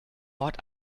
ort